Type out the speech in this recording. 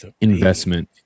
investment